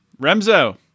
Remzo